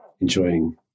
enjoying